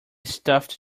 stuffed